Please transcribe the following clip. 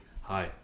hi